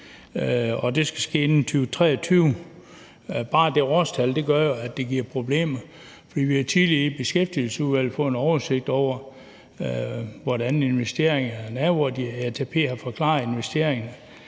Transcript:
det skal ske inden 2023. Men bare det årstal gør jo, at det giver problemer. For vi har jo tidligere i Beskæftigelsesudvalget fået en oversigt over, hvordan investeringerne er, og ATP har forklaret investeringerne